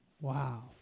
Wow